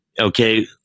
okay